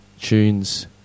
tunes